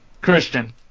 Christian